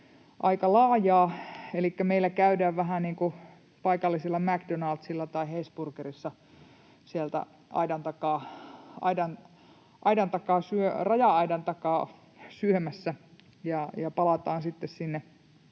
niin kuin paikallisella McDonald’silla tai Hesburgerissa sieltä raja-aidan takaa syömässä